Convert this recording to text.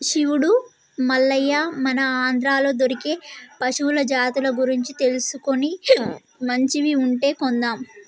శివుడు మల్లయ్య మన ఆంధ్రాలో దొరికే పశువుల జాతుల గురించి తెలుసుకొని మంచివి ఉంటే కొందాం